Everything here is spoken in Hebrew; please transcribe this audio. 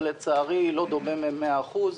אבל לצערי לא דומה במאה אחוז,